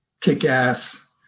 kick-ass